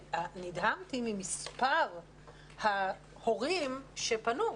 נדהמתי ממספר ההורים שפנו.